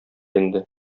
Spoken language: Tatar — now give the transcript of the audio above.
инде